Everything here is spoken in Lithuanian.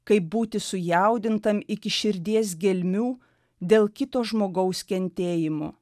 kaip būti sujaudintam iki širdies gelmių dėl kito žmogaus kentėjimo